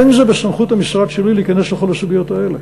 אין זה בסמכות המשרד שלי להיכנס לכל הסוגיות האלה.